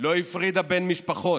לא הפרידה בין משפחות.